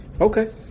Okay